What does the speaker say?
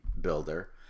builder